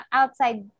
outside